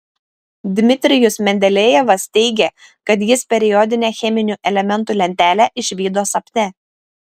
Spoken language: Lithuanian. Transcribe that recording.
dmitrijus mendelejevas teigė kad jis periodinę cheminių elementų lentelę išvydo sapne